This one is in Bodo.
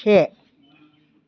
से